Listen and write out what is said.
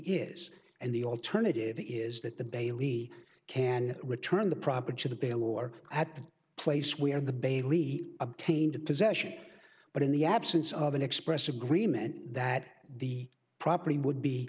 is and the alternative is that the baileys can return the property to the bill or at the place where the baileys obtained possession but in the absence of an express agreement that the property would be